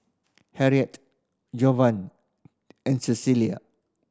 Henriette Jovani and